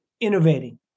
innovating